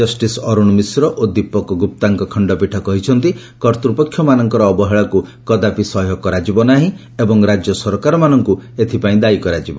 justice Arun Mishra ଓ ଦୀପକ ଗୁପ୍ତାଙ୍କ ଖଣ୍ଡପୀଠ କହିଛନ୍ତି କର୍ତ୍ତୃପକ୍ଷମାନଙ୍କର ଅବହେଳାକୁ କଦାପି ସହ୍ୟ କରାଯିବ ନାହିଁ ଏବଂ ରାଜ୍ୟ ସରକାରମାନଙ୍କୁ ଏଥିପାଇଁ ଦାୟୀ କରାଯିବ